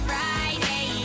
Friday